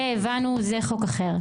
זה הבנו, זה חוק אחר.